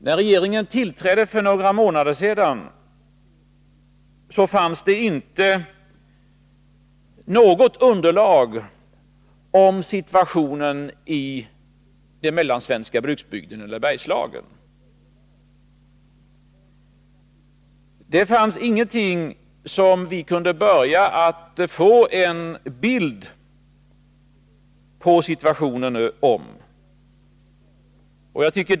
När regeringen tillträdde för några månader sedan, fanns det inte något underlag om situationen i den mellansvenska bruksbygden eller Bergslagen. Det fanns ingenting som gjorde att vi kunde börja skaffa oss en bild av situationen när vi kom.